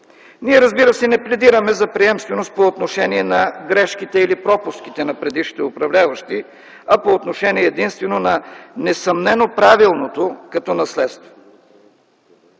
Ние, разбира се, не пледираме за приемственост по отношение на грешките или пропуските на предишните управляващи, а единствено по отношение на несъмнено правилното като наследство.